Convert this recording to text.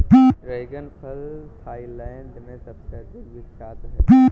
dragon फल Thailand में सबसे अधिक विख्यात है